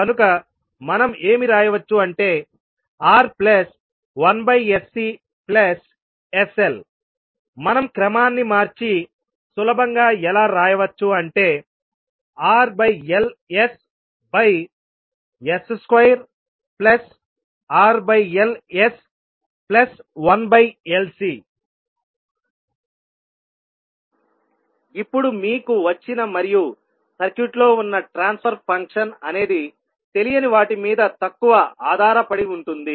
కనుక మనం ఏమి రాయవచ్చు అంటే R1sCsLమనం క్రమాన్ని మార్చి సులభంగా ఎలా రాయవచ్చు అంటే RLss2RLs1LC ఇప్పుడు మీకు వచ్చిన మరియు సర్క్యూట్లో ఉన్న ట్రాన్స్ఫర్ ఫంక్షన్ అనేది తెలియని వాటి మీద తక్కువ ఆధారపడుతుంది